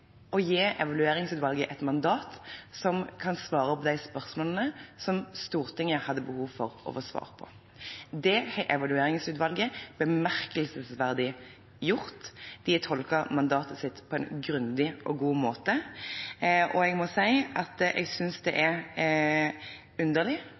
gi Evalueringsutvalget et mandat som kan svare på de spørsmålene som Stortinget hadde behov for å få svar på. Det har Evalueringsutvalget bemerkelsesverdig gjort. De har tolket mandatet sitt på en grundig og god måte. Og jeg synes det er underlig at stortingspresidenten så ettertrykkelig tar avstand fra å diskutere dette i det